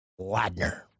Ladner